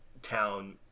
Town